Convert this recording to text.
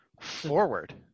forward